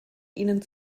ihnen